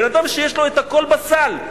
בן-אדם שיש לו הכול בסל.